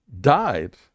Died